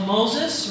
Moses